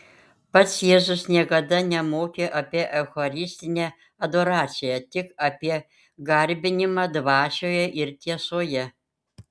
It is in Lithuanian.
pats jėzus niekada nemokė apie eucharistinę adoraciją tik apie garbinimą dvasioje ir tiesoje